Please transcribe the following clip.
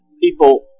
people